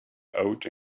out